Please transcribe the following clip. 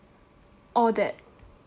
all that